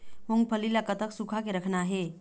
मूंगफली ला कतक सूखा के रखना हे?